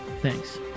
thanks